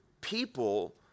people